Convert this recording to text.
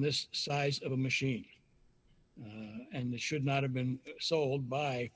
this size of a machine and the should not have been sold by